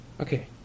Okay